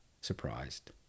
surprised